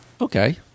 Okay